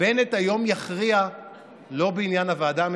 בנט היום יכריע לא בעניין הוועדה המסדרת,